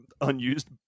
unused